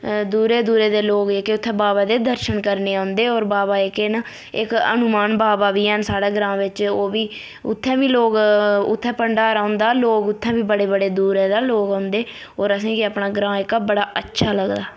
दूरे दूरे दे लोग जेह्के उत्थै बावे दे दर्शन करने औंदे होर बावा जेह्के न इक हनुमान बावा बी हैन साढै़ ग्रांऽ बिच्च ओह् बी उत्थें बी लोक उत्थै भंडारा होंदा लोग उत्थै बी बड़े बड़े दूरै दा लोग औंदे होर असेंगी अपना ग्रांऽ जेह्का बड़ा अच्छा लगदा